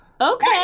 Okay